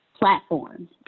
platforms